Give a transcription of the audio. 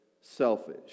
selfish